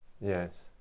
Yes